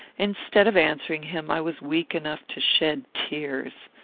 instead of answering him, i was weak enough to shed tears.